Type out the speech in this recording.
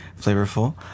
flavorful